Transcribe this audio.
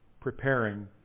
preparing